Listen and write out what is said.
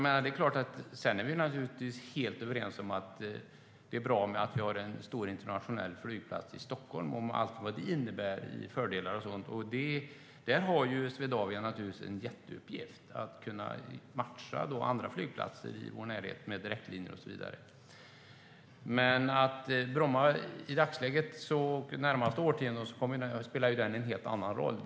Vi är helt överens om att det är bra att vi har en stor internationell flygplats i Stockholm med allt vad det innebär av fördelar. Swedavia har här en jätteuppgift i att matcha andra flygplatser i vår närhet med direktlinjer och så vidare. I dagsläget och de närmaste årtiondena spelar Bromma en helt annan roll.